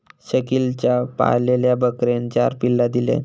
शकिलच्या पाळलेल्या बकरेन चार पिल्ला दिल्यान